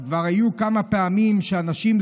וכבר היו כמה פעמים שאנשים,